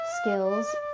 skills